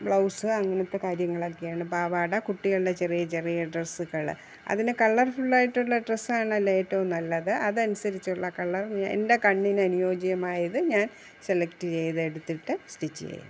blouse അങ്ങനത്തെ കാര്യങ്ങളൊക്കെയാണ് പാവാട കുട്ടികളുടെ ചെറിയ ചെറിയ ഡ്രസ്സുകൾ അതിന് കളർഫുൾ ആയിട്ടുള്ള ഡ്രസ്സ് ആണല്ലോ ഏറ്റവും നല്ലത് അതനുസരിച്ചുള്ള കളര് എന്റെ കണ്ണിന് അനുയോജ്യമായത് ഞാൻ സെലക്ട് ചെയ്ത് എടുത്തിട്ട് സ്റ്റിച്ച് ചെയ്യും